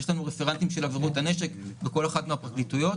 יש לנו רפרנטים של עבירות הנשק בכל אחת מן הפרקליטויות.